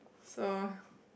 so